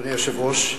אדוני היושב-ראש,